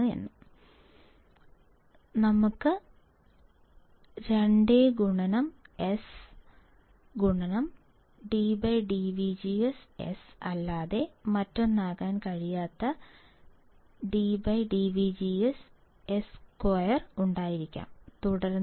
ഞങ്ങൾക്ക് 2S dS dVGS അല്ലാതെ മറ്റൊന്നാകാൻ കഴിയാത്ത dS2 dVGS ഉണ്ടായിരിക്കാം തുടർന്ന്